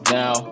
now